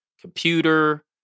computer